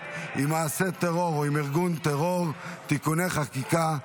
עם מעשה טרור או עם ארגון טרור (תיקוני חקיקה),